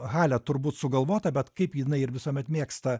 halet turbūt sugalvota bet kaip jinai ir visuomet mėgsta